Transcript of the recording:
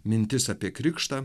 mintis apie krikštą